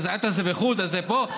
אל תעשה בחו"ל, תעשה פה.